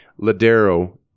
Ladero